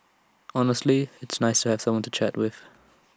honestly it's nice to have someone to chat with